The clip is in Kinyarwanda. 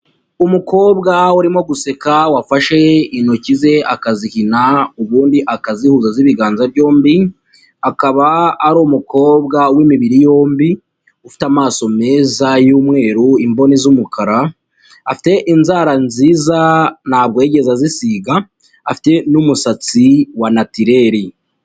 Umukobwa urimo guseka wafashe intoki ze akazihina ubundi akazihuza z'ibiganza byombi, akaba ari umukobwa w'imibiri yombi ufite amaso meza y'umweru imboni z'umukara, afite inzara nziza ntabwo yigeze azisiga, afite n'umusatsi wa natireri.